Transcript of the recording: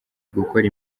gukora